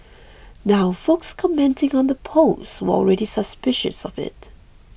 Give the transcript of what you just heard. now folks commenting on the post were already suspicious of it